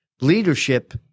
leadership